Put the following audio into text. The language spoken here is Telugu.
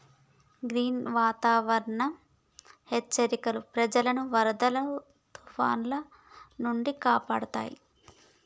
గీ వాతావరనం హెచ్చరికలు ప్రజలను వరదలు తుఫానాల నుండి కాపాడుతాయి